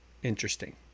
interesting